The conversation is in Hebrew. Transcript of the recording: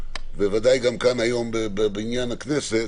בוודאי גם כאן היום בעניין הכנסת,